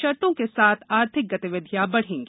शर्तों के साथ आर्थिक गतिविधियां बढ़ेंगी